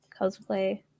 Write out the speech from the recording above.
cosplay